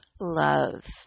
love